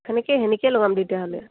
সেনেকে সেনেকে লগাম তেতিয়াহ'লে